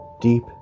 deep